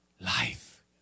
life